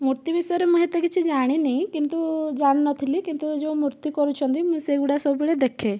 ମୂର୍ତ୍ତି ବିଷୟରେ ମୁଁ ଏତେ କିଛି ଜାଣିନି କିନ୍ତୁ ଜାଣିନିଥିଲି କିନ୍ତୁ ଯେଉଁ ମୂର୍ତ୍ତି କରୁଛନ୍ତି ମୁଁ ସେ ଗୁଡ଼ା ସବୁବେଳେ ଦେଖେ